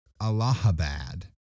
Allahabad